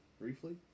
briefly